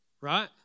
right